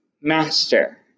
Master